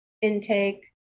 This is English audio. intake